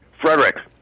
Frederick